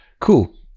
Cool